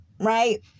right